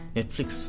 Netflix